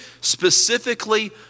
specifically